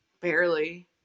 Barely